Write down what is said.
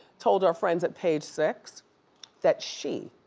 told our friends at page six that she,